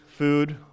food